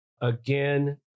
again